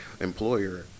employer